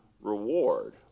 reward